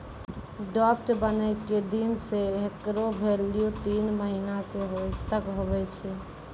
draft बनै के दिन से हेकरो भेल्यू तीन महीना तक हुवै छै